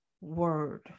word